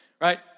Right